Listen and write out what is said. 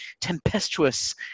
tempestuous